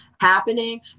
happening